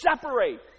separate